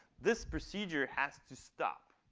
this procedure has to stop.